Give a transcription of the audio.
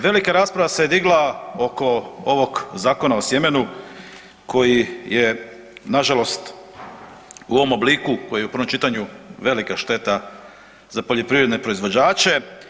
Velika rasprava se digla oko ovog Zakona o sjemenu koji je nažalost u ovom obliku koji je u prvom čitanju velika šteta za poljoprivredne proizvođače.